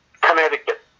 connecticut